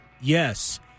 Yes